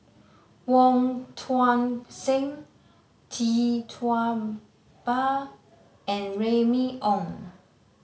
Wong Tuang Seng Tee Tua Ba and Remy Ong